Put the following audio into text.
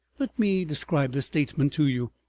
let me describe this statesman to you,